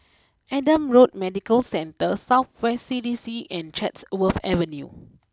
Adam Road Medical Centre South West C D C and Chatsworth Avenue